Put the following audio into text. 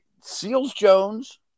Seals-Jones